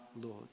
Lord